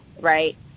right